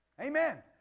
Amen